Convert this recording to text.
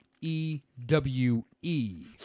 E-W-E